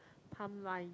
timeline